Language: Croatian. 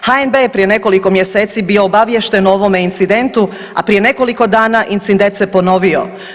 HNB je prije nekoliko mjeseci bio obaviješten o ovome incidentu, a prije nekoliko dana incident se ponovio.